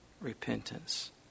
repentance